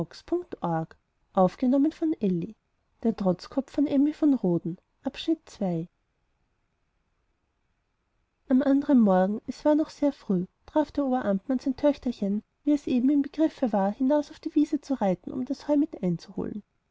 am andern morgen es war noch sehr früh traf der oberamtmann sein töchterchen wie es eben im begriffe war hinaus auf die wiese zu reiten um das heu mit einzuholen